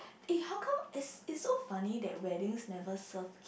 eh how come is is so funny that weddings never serve